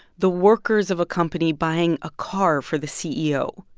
the workers of a company buying a car for the ceo.